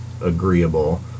agreeable